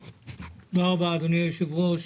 תודה רבה, אדוני היושב ראש.